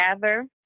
gather